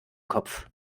kopf